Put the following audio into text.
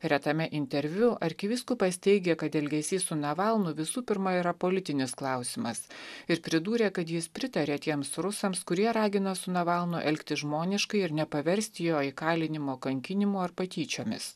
retame interviu arkivyskupas teigė kad elgesys su navalnu visų pirma yra politinis klausimas ir pridūrė kad jis pritaria tiems rusams kurie ragino su navalnu elgtis žmoniškai ir nepaversti jo įkalinimo kankinimu ar patyčiomis